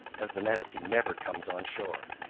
as the manatee never comes on shore.